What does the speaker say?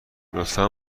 لطفا